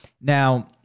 Now